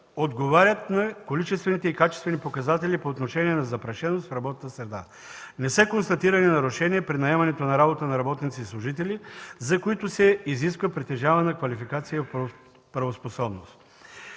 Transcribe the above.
отговарят на количествените и качествените показатели по отношение на запрашеност в работната среда. Не са констатирани нарушения при наемането на работа на работници и служители, за които се изисква притежавана квалификация и правоспособност.